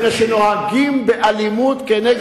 מפני שנוהגים באלימות, איזה אלימות.